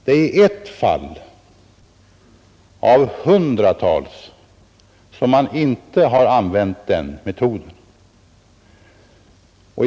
I ett fall har den metoden inte använts men kommunen i fråga har kommit ändå.